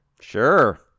Sure